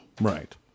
Right